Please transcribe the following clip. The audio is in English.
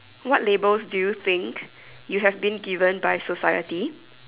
what labels do you think you have been given by society